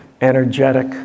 energetic